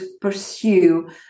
pursue